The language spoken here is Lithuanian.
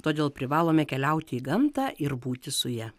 todėl privalome keliauti į gamtą ir būti su ja